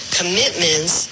commitments